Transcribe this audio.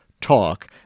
Talk